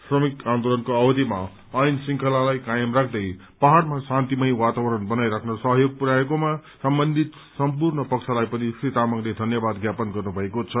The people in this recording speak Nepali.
श्रमिक आन्दोलनको अवधिमा ऐन श्रृंखलालाई कायम राख्दै पहाड़लाई शान्तिमय वातावरण बनाई राख्न सहयोग पुरयाएकोमा सम्बन्धित सम्पूर्ण पक्षलाई पनि श्री तामाङले धन्यचाद ज्ञापन गर्नुभएको छ